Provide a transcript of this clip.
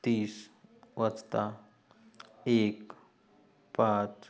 तीस वाजता एक पाच